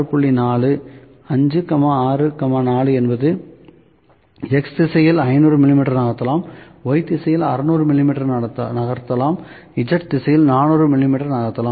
4 5 6 4 என்பது X திசையில் நாம் 500 மிமீ நகர்த்தலாம் Y திசையில் 600 மிமீ நகர்த்தலாம் Z திசையில் 400 மிமீ நகர்த்தலாம்